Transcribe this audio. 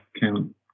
count